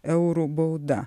eurų bauda